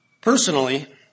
Personally